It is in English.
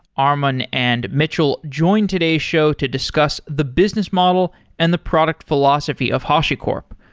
armon and mitchell joins today's show to discuss the business model and the product philosophy of hashicorp.